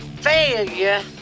failure